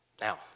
Now